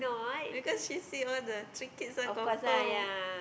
because she say all the three kids one confirm